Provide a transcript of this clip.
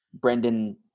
Brendan